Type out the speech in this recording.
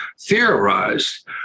theorized